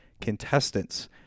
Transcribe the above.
contestants